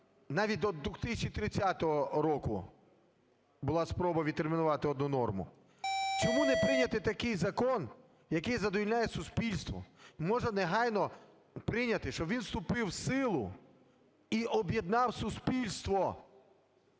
навіть до 2030 року була спроба відтермінувати одну норму. Чому не прийняти такий закон, який задовольняє суспільство? Можна негайно прийняти, щоб він вступив в силу і об'єднав суспільство.